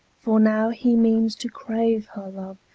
for now he meanes to crave her love,